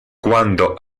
cuando